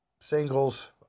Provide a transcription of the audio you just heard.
singles